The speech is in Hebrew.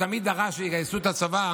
הוא תמיד דרש שיגייסו לצבא.